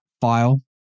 file